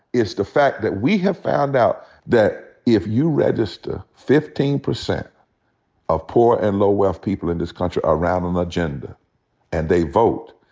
it's the fact that we have found out that if you register fifteen percent of poor and low wealth people in this country around an agenda and they vote,